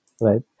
right